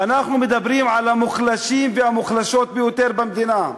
אנחנו מדברים על המוחלשים והמוחלשות ביותר במדינה.